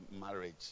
marriage